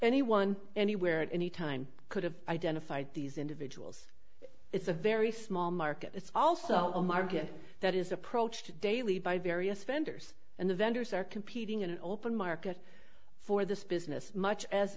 anyone anywhere at any time could have identified these individuals it's a very small market it's also a market that is approached daily by various vendors and the vendors are competing in an open market for this business much as